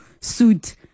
suit